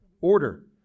order